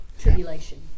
tribulation